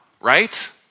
right